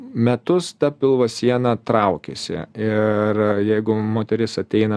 metus ta pilvo siena traukiasi ir jeigu moteris ateina